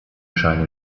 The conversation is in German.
scheine